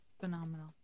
phenomenal